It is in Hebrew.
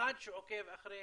כאחד שעוקב אחרי